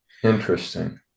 interesting